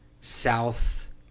South